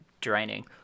draining